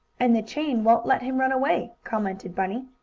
and the chain won't let him run away, commented bunny.